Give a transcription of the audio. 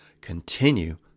continue